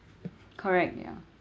correct ya